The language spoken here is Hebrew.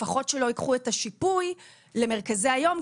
לפחות שלא ייקחו את השיפוי למרכזי היום,